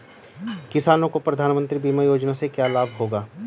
किसानों को प्रधानमंत्री बीमा योजना से क्या लाभ होगा?